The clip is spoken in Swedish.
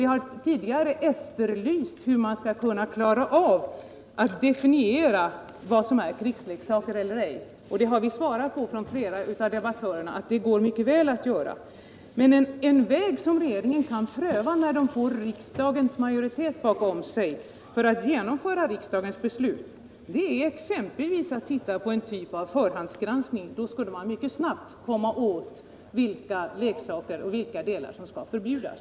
Det har tidigare ifrågasatts huruvida man skall klara av att definiera vad som är krigsleksaker och inte, och flera av oss debattörer har svarat att det går mycket väl att göra det. En väg som regeringen kan pröva om den får riksdagens majoritet bakom sig för att verkställa riksdagens beslut är exempelvis att ha någon typ av förhandsgranskning. Därmed skulle man mycket snabbt lösa problemet vilka leksaker som skall förbjudas.